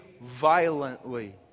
violently